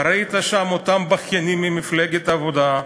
ראית שם אותם בכיינים ממפלגת העבודה,